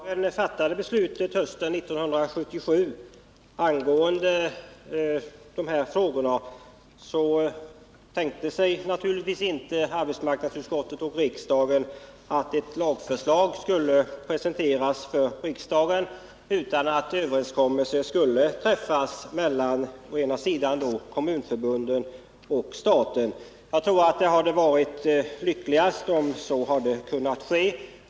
Herr talman! När riksdagen hösten 1977 fattade beslut om dessa frågor, tänkte sig arbetsmarknadsutskottet och riksdagen naturligtvis inte att ett lagförslag skulle presenteras för riksdagen utan i stället att en överenskommelse skulle kunna träffas mellan kommunförbunden och staten. Jag tror att det hade varit lyckligast om så kunnat ske.